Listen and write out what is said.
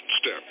step